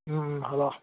হ'ব